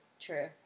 True